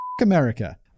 America